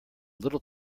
little